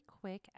quick